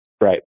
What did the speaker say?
Right